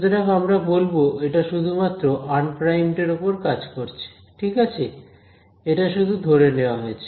সুতরাং আমরা বলব এটা শুধুমাত্র আনপ্রাইমড এর ওপর কাজ করছে ঠিক আছে এটা শুধু ধরে নেয়া হয়েছে